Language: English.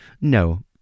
No